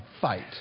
fight